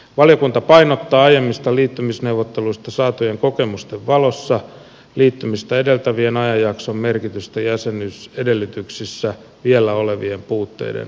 valiokunta painottaa aiemmista liittymisneuvotteluista saatujen kokemusten valossa liittymistä edeltävän ajanjakson merkitystä jäsenyysedellytyksissä vielä olevien puutteiden korjaamisessa